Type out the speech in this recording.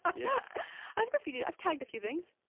ah yeah i've graffiti, i've tagged a few things.